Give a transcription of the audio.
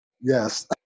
Yes